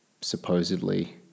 supposedly